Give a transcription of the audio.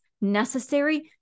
necessary